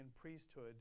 priesthood